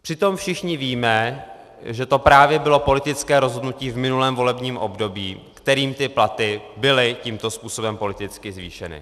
Přitom všichni víme, že to právě bylo politické rozhodnutí v minulém volebním období, kterým ty platy byly tímto způsobem politicky zvýšeny.